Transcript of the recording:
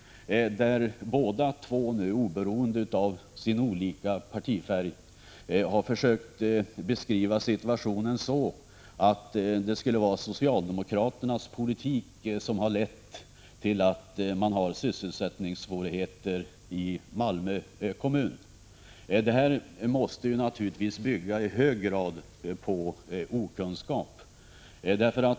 Oberoende av partifärg har båda försökt beskriva situationen så att det skulle vara socialdemokraternas politik som har lett till sysselsättningssvårigheterna i Malmö kommun. Detta måste naturligtvis i hög grad bygga på okunskap.